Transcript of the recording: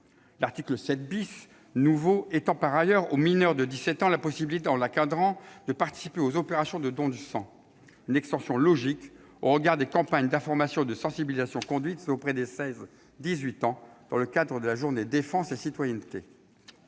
l'article 7 étend aux mineurs de 17 ans la possibilité, en l'encadrant, de participer aux opérations de don du sang. Cette extension est logique, au regard des campagnes d'information et de sensibilisation conduites auprès des 16-18 ans dans le cadre de la journée défense et citoyenneté.